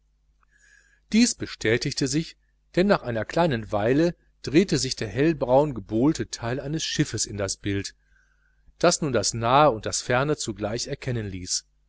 dies bestätigte sich denn nach einer kleinen weile drehte sich der hellbraun gebohlte teil eines schiffes in das bild das nun das nahe und das ferne zugleich erkennen ließ